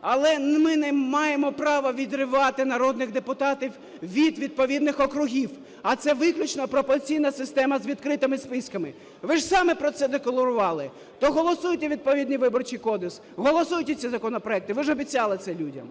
Але ми не маємо права відривати народних депутатів від відповідних округів, а це виключно пропорційна система з відкрити списками. Ви ж самі про це декларували, то голосуйте відповідний Виборчий кодекс. Голосуйте ці законопроекти, ви ж обіцяли це людям.